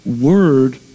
word